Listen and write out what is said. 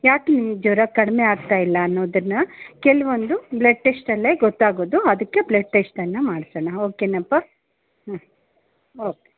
ಯಾಕೆ ನಿಮ್ಗೆ ಜ್ವರ ಕಡಿಮೆ ಆಗ್ತಾಯಿಲ್ಲ ಅನ್ನೋದನ್ನು ಕೆಲವೊಂದು ಬ್ಲಡ್ ಟೆಸ್ಟಲ್ಲೇ ಗೊತ್ತಾಗೋದು ಅದಕ್ಕೆ ಬ್ಲಡ್ ಟೆಸ್ಟನ್ನು ಮಾಡಿಸೋಣ ಓಕೆನಪ್ಪಾ ಹ್ಞೂ ಓಕೆ